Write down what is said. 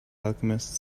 alchemist